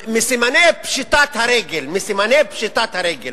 מסימני פשיטת הרגל, מסימני פשיטת הרגל